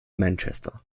manchester